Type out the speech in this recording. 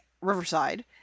Riverside